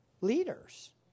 leaders